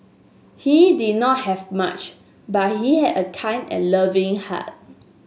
he did not have much but he had a kind and loving heart